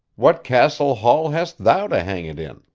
what castle hall hast thou to hang it in